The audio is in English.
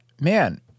man